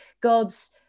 God's